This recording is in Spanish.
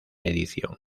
edición